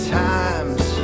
times